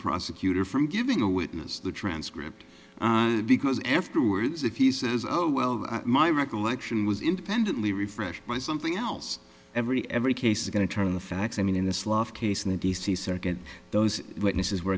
prosecutor from giving a witness the transcript because afterwards if you say oh well my recollection was independently refreshed by something else every every case is going to turn the facts i mean in this last case in the d c circuit those witnesses were